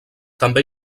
també